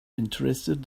interested